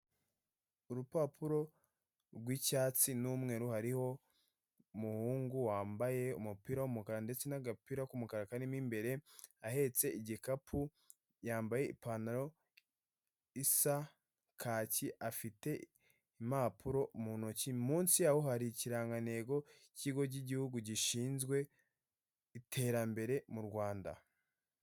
Urupapuro rw'icyatsi n'umweru hariho umuhungu wambaye umupira w'umukara ndetse n'agapira k'umukara karimo imbere ahetse igikapu yambaye ipantalo isa kaki afite impapuro mu ntoki munsi yaho hari ikirangantego kigo cy'igihugu gishinzwe iterambere mu Rwanda.